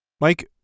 Mike